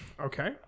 okay